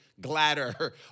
gladder